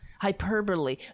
hyperbole